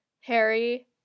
Harry